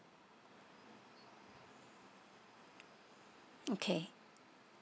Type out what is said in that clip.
okay